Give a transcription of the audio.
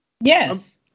Yes